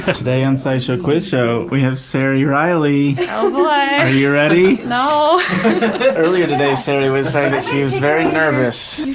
today on scishow quiz show, we have ceri riley! oh boy! are you ready! no. michael earlier today ceri was saying that she was very nervous.